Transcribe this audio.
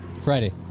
Friday